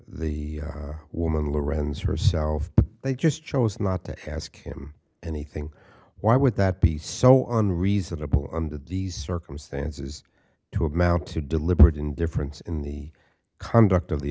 the woman lorenzo herself but they just chose not to ask him anything why would that be so on reasonable under these circumstances to amount to deliberate indifference in the conduct of the